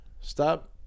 stop